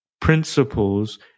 principles